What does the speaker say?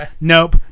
Nope